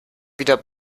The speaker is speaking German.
wieder